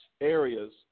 areas